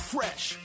Fresh